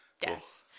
death